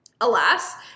alas